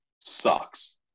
sucks